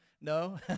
No